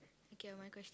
okay ah my question